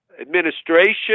administration